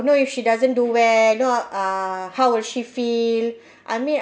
know if she doesn't do well you know uh how would she feel I mean